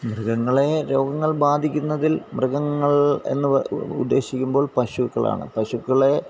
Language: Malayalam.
മൃഗങ്ങളെ രോഗങ്ങൾ ബാധിക്കുന്നതിൽ മൃഗങ്ങൾ എന്ന് ഉദ്ദേശിക്കുമ്പോൾ പശുക്കളാണ് പശുക്കളെ